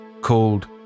called